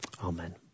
Amen